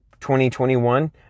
2021